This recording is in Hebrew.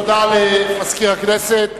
תודה למזכיר הכנסת.